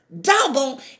double